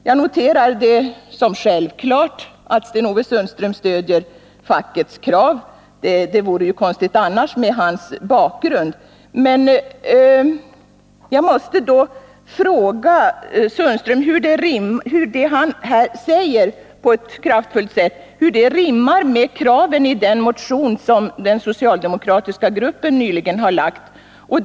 Jag noterar det som självklart att Sten-Ove Sundström stödjer fackets krav — det vore konstigt annars med hans bakgrund — men jag måste ändå fråga Sten-Ove Sundström hur det han här kraftfullt säger rimmar med kraven i den motion som den socialdemokratiska gruppen nyligen har lagt fram.